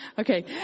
Okay